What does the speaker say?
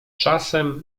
czasem